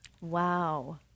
Wow